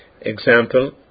Example